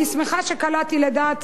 אני שמחה שקלעתי לדעת,